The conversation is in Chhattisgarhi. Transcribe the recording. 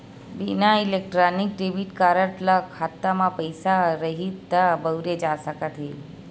बिसा इलेक्टानिक डेबिट कारड ल खाता म पइसा रइही त बउरे जा सकत हे